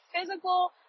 physical